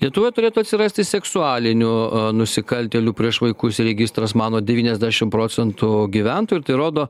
lietuvoje turėtų atsirasti seksualinių nusikaltėlių prieš vaikus registras mano devyniasdešimt procentų gyventojų tai rodo